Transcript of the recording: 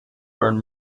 burn